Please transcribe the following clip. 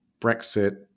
Brexit